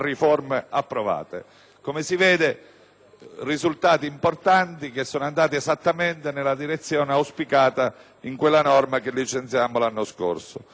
risultati importanti che sono andati esattamente nella direzione auspicata dalla norma che licenziammo l'anno scorso.